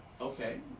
Okay